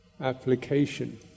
application